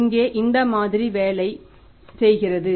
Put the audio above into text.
இங்கே இந்த மாதிரி வேலை செய்கிறது